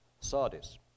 Sardis